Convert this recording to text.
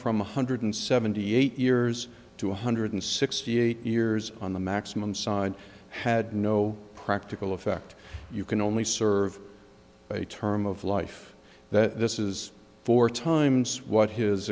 from one hundred seventy eight years to one hundred sixty eight years on the maximum side had no practical effect you can only serve a term of life that this is four times what his